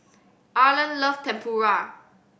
Arlan love Tempura